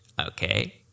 okay